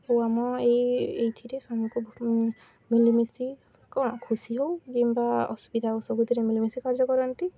ଓ ଆମ ଏଇ ଏଇଥିରେ ସେମାନଙ୍କୁ ମିଳିମିଶି କ'ଣ ଖୁସି ହେଉ କିମ୍ବା ଅସୁବିଧା ହେଉ ସବୁଥିରେ ମଳିମିଶି କାର୍ଯ୍ୟ କରନ୍ତି